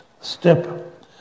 step